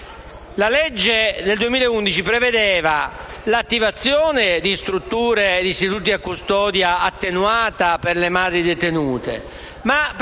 La legge n. 62 del 2011 prevedeva l'attivazione di strutture e istituti a custodia attenuata per le madri detenute